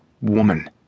woman